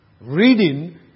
reading